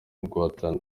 guhatana